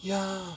ya